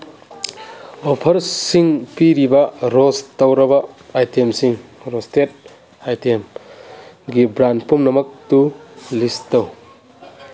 ꯑꯣꯐꯔꯁꯤꯡ ꯄꯤꯔꯤꯕ ꯔꯣꯁ ꯇꯧꯔꯕ ꯑꯥꯏꯇꯦꯝꯁꯤꯡ ꯔꯣꯁꯇꯦꯠ ꯑꯥꯏꯇꯦꯝꯒꯤ ꯕ꯭ꯔꯥꯟ ꯄꯨꯝꯅꯃꯛꯇꯨ ꯂꯤꯁ ꯇꯧ